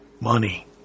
money